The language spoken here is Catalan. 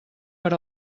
per